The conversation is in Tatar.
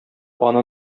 аны